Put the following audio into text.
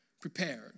prepared